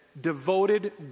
devoted